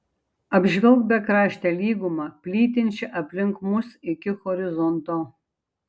apžvelk bekraštę lygumą plytinčią aplink mus iki horizonto